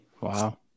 Wow